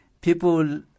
People